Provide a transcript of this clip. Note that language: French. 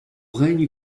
règne